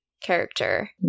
character